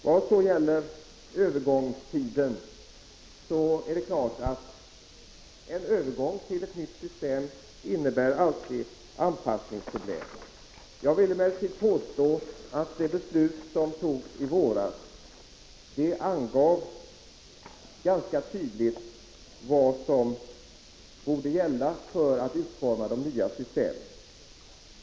Vad så gäller övergångstiden, är det klart att en övergång till ett nytt system alltid innebär anpassningsproblem. Jag vill emellertid påstå att det beslut som togs i våras ganska tydligt angav vad som borde gälla vid utformningen av de nya systemen.